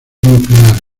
nuclear